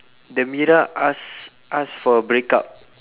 the mira ask ask for a breakup